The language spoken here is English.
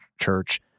church